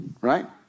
Right